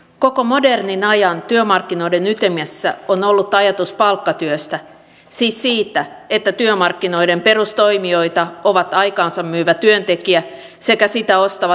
koko modernin ajan työmarkkinoiden ytimessä on ollut ajatus palkkatyöstä siis siitä että työmarkkinoiden perustoimijoita ovat aikaansa myyvä työntekijä sekä sitä ostava työnantaja